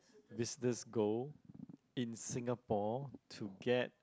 visitors go in Singapore to get